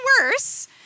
worse